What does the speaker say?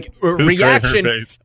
reaction